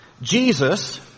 Jesus